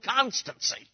constancy